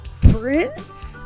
prince